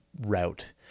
route